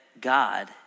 God